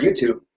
YouTube